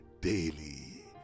daily